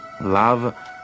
love